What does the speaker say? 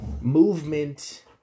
movement